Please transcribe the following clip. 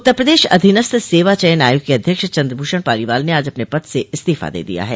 उत्तर प्रदेश अधीनस्थ सेवा चयन आयोग के अध्यक्ष चन्द्रभूषण पालीवाल ने आज अपने पद से इस्तीफा दे दिया है